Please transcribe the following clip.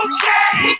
Okay